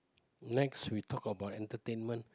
next we talk about entertainment